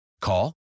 Call